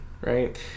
right